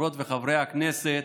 חברות וחברי הכנסת,